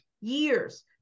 years